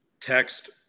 text